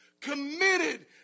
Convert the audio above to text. committed